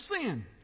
sin